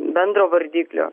bendro vardiklio